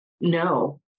no